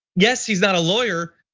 yes, he's not a lawyer,